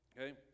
okay